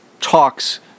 talks